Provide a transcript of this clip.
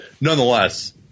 nonetheless